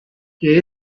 que